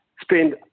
spend